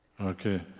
Okay